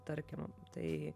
tarkim tai